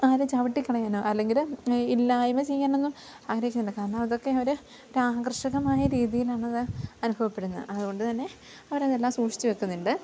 ആരെ ചവിട്ടിക്കളയാനോ അല്ലെങ്കിൽ ഇല്ലായ്മ ചെയ്യാനൊന്നും ആഗ്രഹിക്കുന്നില്ല കാരണം അതൊക്കെ അവർ ഒരാകർഷകമായ രീതിയിലാണത് അനുഭവപ്പെടുന്നു വെന്നത് അതു കൊണ്ടു തന്നെ അവരതെല്ലാം സൂക്ഷിച്ച് വെക്കുന്നുണ്ട്